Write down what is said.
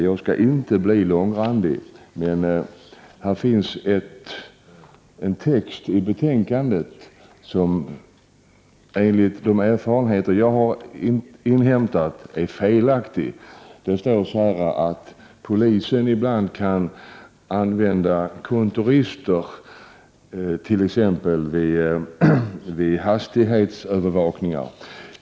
Jag skall inte bli långrandig, men det finns en text i betänkandet som enligt de uppgifter jag har inhämtat är felaktig. Det står att polisen ibland kan använda kontorister vid t.ex. hastighetsövervakningar.